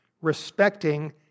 respecting